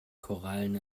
korallen